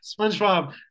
SpongeBob